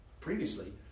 previously